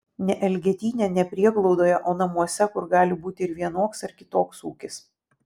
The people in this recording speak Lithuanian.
ne elgetyne ne prieglaudoje o namuose kur gali būti ir vienoks ar kitoks ūkis